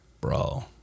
bro